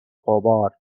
غبار